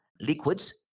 liquids